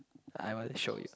I won't show you